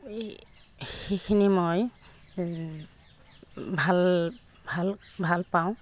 এই সেইখিনি মই ভাল ভাল ভাল পাওঁ